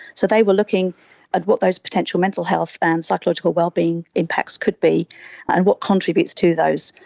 so they were looking at what those potential mental health and psychological well-being impacts could be and what contributes to those.